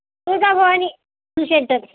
Tuljabhavani centre